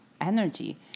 energy